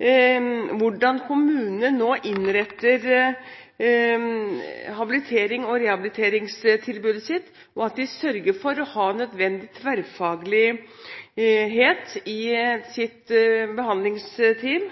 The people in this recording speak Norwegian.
på hvordan kommunene nå innretter sitt habiliterings- og rehabiliteringstilbud, og at de sørger for å ha nødvendig tverrfaglighet i sitt behandlingsteam,